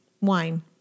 Wine